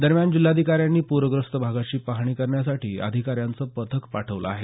दरम्यान जिल्हाधिकाऱ्यांनी पूरग्रस्त भागाची पाहणी करण्यासाठी अधिकाऱ्यांचं पथक पाठवलं आहे